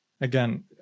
again